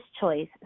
choice